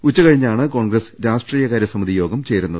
ഉച്ചകഴിഞ്ഞാണ് കോൺഗ്രസ് രാഷ്ട്രീയ കാര്യ സമിതി യോഗം ചേരുന്നത്